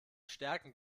stärken